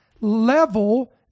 level